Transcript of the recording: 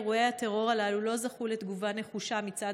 אירועי הטרור הללו לא זכו לתגובה נחושה מצד